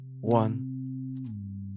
one